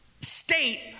state